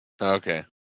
Okay